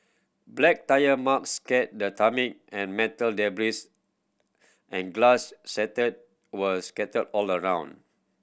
black tyre marks scarred the tarmac and metal debris and glass shard were scattered all around